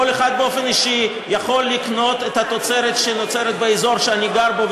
כל אחד באופן אישי יכול לקנות את התוצרת שנוצרת באזור שאני גר בו,